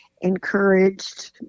encouraged